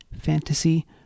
Fantasy